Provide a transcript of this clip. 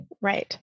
Right